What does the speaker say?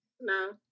No